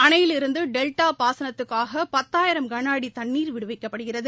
அணையிருந்து delta பாசனத்துக்காக பத்தாயிரம் கன அடி தண்ணீர் விடுவிக்கப்படுகிறது